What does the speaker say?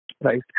Right